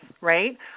right